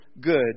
good